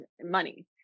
money